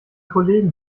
kollegen